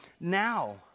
now